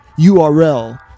url